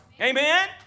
Amen